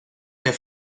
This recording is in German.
der